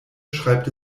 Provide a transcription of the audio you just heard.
schreibt